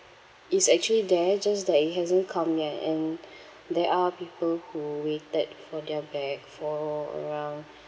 is actually there just that it hasn't come yet and there are people who waited for their bag for around